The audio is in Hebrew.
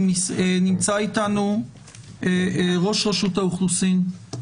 נמצא איתנו ראש רשות האוכלוסין,